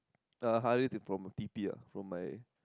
uh Harrith is from T_P ah from my